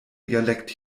dialekt